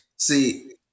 See